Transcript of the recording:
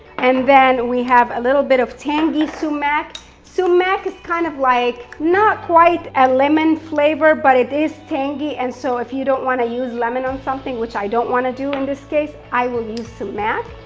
and then we have a little bit of tangy sumac. sumac is kind of like not quite a and lemon flavor, but it is tangy and so if you don't wanna use lemon on something, which i don't wanna do in this case, i will use sumac.